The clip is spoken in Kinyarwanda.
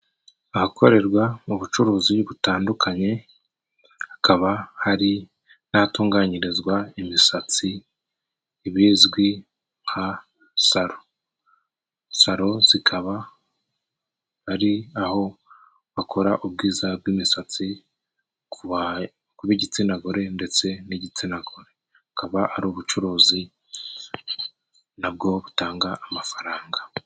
Ahakorerwa mu bucuruzi butandukanye, hakaba hari n'ahatunganyirizwa imisatsi ibizwi nka saro. Saro zikaba ari aho bakora ubwiza bw'imisatsi ku b'igitsina gore ndetse n'igitsina gore, bukaba ari ubucuruzi na bwo butanga amafaranga.